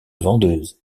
vendeuse